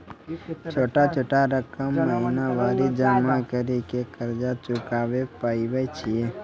छोटा छोटा रकम महीनवारी जमा करि के कर्जा चुकाबै परए छियै?